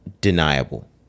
deniable